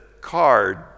card